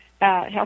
health